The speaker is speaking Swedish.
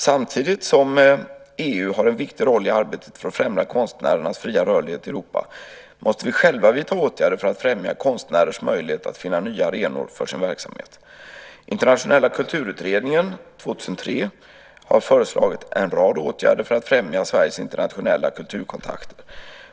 Samtidigt som EU har en viktig roll i arbetet för att främja konstnärernas fria rörlighet i Europa måste vi själva vidta åtgärder för att främja konstnärers möjlighet att finna nya arenor för sin verksamhet. Internationella kulturutredningen 2003 har föreslagit en rad åtgärder för att främja Sveriges internationella kulturkontakter.